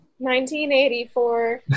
1984